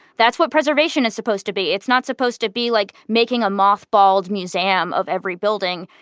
that's what preservation is supposed to be. it's not supposed to be like making a moth-balled museum of every building.